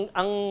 ang